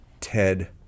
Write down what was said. ted